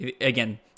again